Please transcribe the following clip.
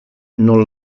non